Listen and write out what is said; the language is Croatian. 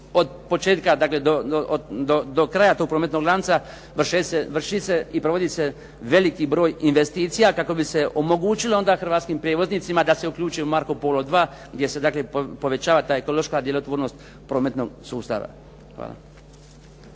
od početka, dakle do kraja tog prometnog lanca vrši se i provodi se veliki broj investicija kako bi se omogućilo onda hrvatskim prijevoznicima da se uključe u Marco Polo II gdje se dakle, povećava ta ekološka djelotvornost prometnog sustava. Hvala.